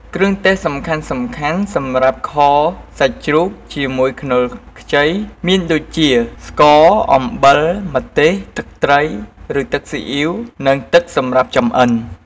គ្រឿងទេសសំខាន់ៗសម្រាប់ខសាច់ជ្រូកជាមួយខ្នុរខ្ចីមានដូចជា ស្ករ អំបិល ម្ទេស ទឹកត្រី ឬទឹកស៊ីអ៉ីវ និង ទឹកសម្រាប់ចម្អិន។